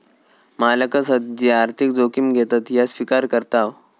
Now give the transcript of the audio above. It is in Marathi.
मालकच हत जे आर्थिक जोखिम घेतत ह्या स्विकार करताव